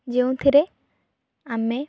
ଯେଉଁଥିରେ ଆମେ